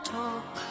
talk